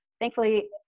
Thankfully